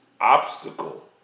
obstacle